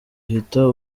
uhita